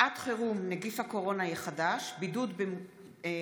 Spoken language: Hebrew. תקנות שעת חירום (נגיף הקורונה החדש) (בידוד במקום